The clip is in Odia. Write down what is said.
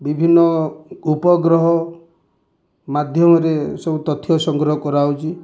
ବିଭିନ୍ନ ଉପଗ୍ରହ ମାଧ୍ୟମରେ ସବୁ ତଥ୍ୟ ସଂଗ୍ରହ କରାହଉଛି